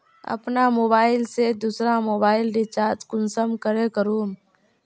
अपना मोबाईल से दुसरा मोबाईल रिचार्ज कुंसम करे करूम?